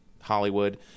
Hollywood